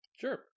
Sure